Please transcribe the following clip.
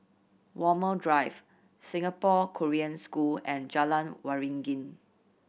Walmer Drive Singapore Korean School and Jalan Waringin